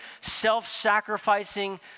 self-sacrificing